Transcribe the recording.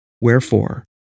wherefore